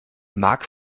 mark